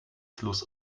fluss